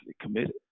committed